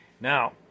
Now